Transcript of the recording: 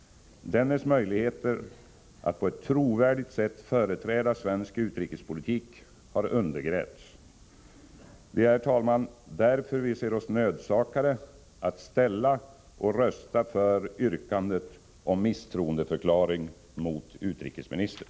Dennes möjligheter att på ett trovärdigt sätt företräda svensk utrikespolitik har undergrävts. Det är därför, herr talman, som vi ser oss nödsakade att ställa och rösta för yrkandet om misstroendeförklaring mot utrikesministern.